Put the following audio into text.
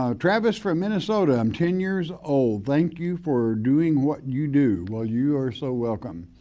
um travis for a minnesota, i'm ten years old, thank you for doing what you do. well you are so welcome.